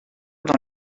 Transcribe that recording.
dans